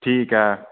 ठीक ऐ